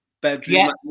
bedroom